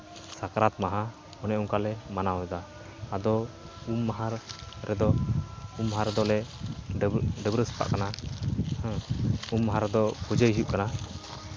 ᱥᱟᱠᱨᱟᱛ ᱢᱟᱦᱟ ᱚᱱᱮ ᱚᱱᱠᱟᱞᱮ ᱢᱟᱱᱟᱣ ᱮᱫᱟ ᱟᱫᱚ ᱩᱢ ᱢᱟᱦᱟ ᱨᱮᱫᱚ ᱩᱢ ᱢᱟᱦᱟ ᱨᱮᱫᱚᱞᱮ ᱰᱟᱹᱵᱽᱨᱟᱹ ᱥᱟᱯᱷᱟᱜ ᱠᱟᱱᱟ ᱩᱢ ᱢᱟᱦᱟ ᱨᱮᱫᱚ ᱯᱩᱡᱟᱹᱭ ᱦᱩᱭᱩᱜ ᱠᱟᱱᱟ